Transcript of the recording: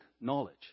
knowledge